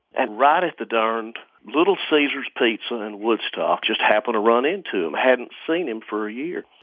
and right at the darned little caesars pizza in woodstock, just happened to run into him. hadn't seen him for a year.